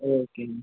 okay అండి